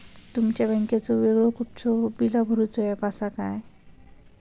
तुमच्या बँकेचो वेगळो कुठलो बिला भरूचो ऍप असा काय?